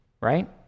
right